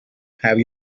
have